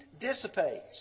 dissipates